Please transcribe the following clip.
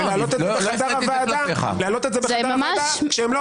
לא --- להעלות את זה בחדר הוועדה כשהם לא